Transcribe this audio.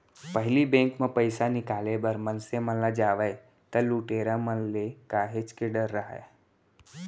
पहिली बेंक म पइसा निकाले बर मनसे मन जावय त लुटेरा मन ले काहेच के डर राहय